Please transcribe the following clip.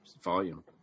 volume